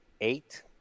eight